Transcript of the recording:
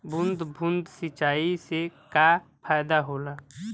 बूंद बूंद सिंचाई से का फायदा होला?